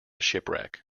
shipwreck